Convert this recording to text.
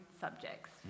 subjects